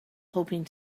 hoping